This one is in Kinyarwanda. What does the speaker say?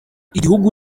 igihugu